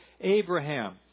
Abraham